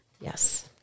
Yes